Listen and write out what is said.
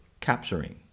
capturing